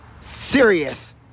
serious